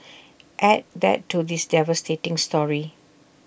add that to this devastating story